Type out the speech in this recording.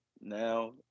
now